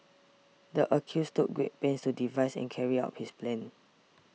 the accused took great pains to devise and carry out his plan